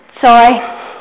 Sorry